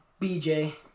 bj